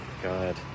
God